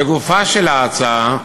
לגופה של ההצעה,